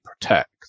protect